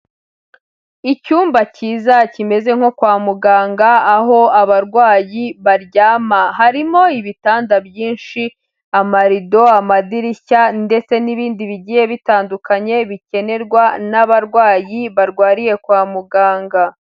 Icyumba cyiza kimeze nko kwa muganga, aho abarwayi baryama, harimo ibitanda byinshi, amarido, amadirishya ndetse n'ibindi bigiye bitandukanye bikenerwa n'abarwayi barwariye kwa muganga.